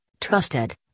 trusted